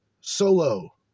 solo